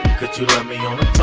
could you love me on a